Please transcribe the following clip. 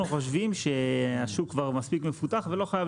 אנחנו חושבים שהשוק כבר מספיר מפותח ולא חייב